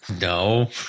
No